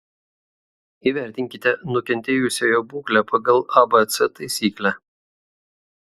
įvertinkite nukentėjusiojo būklę pagal abc taisyklę